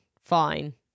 fine